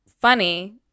Funny